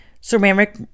ceramic